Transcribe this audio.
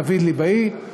דוד ליבאי,